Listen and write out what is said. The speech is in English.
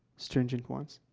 stringent ones.